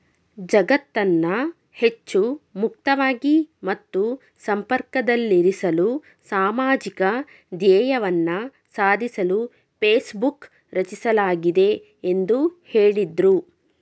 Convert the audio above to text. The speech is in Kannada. ಜಗತ್ತನ್ನ ಹೆಚ್ಚು ಮುಕ್ತವಾಗಿ ಮತ್ತು ಸಂಪರ್ಕದಲ್ಲಿರಿಸಲು ಸಾಮಾಜಿಕ ಧ್ಯೇಯವನ್ನ ಸಾಧಿಸಲು ಫೇಸ್ಬುಕ್ ರಚಿಸಲಾಗಿದೆ ಎಂದು ಹೇಳಿದ್ರು